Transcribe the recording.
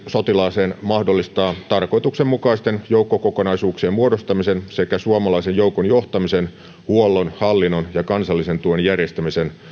sotilaaseen mahdollistaa tarkoituksenmukaisten joukkokokonaisuuksien muodostamisen sekä suomalaisen joukon johtamisen huollon hallinnon ja kansallisen tuen järjestämisen